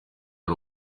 ari